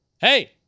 hey